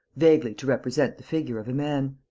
vaguely to represent the figure of a man.